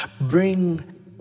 Bring